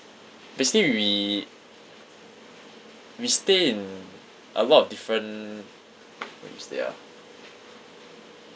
basically we we stay in a lot of different where we stay ah